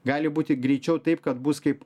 gali būti greičiau taip kad bus kaip